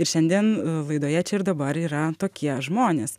ir šiandien laidoje čia ir dabar yra tokie žmonės